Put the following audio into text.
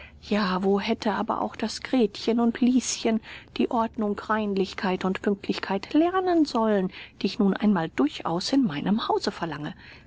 wo hätte aber auch das gretchen und lieschen die ordnung reinlichkeit und pünktlichkeit lernen sollen die ich nun einmal durchaus in meinem hause verlange